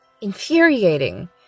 infuriating